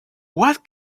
what